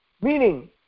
Meaning